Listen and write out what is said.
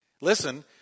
Listen